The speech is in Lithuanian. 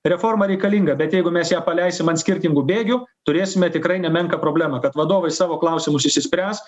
reforma reikalinga bet jeigu mes ją paleisim ant skirtingų bėgių turėsime tikrai nemenką problemą kad vadovai savo klausimus išsispręs